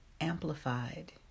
amplified